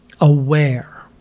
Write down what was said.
aware